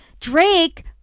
Drake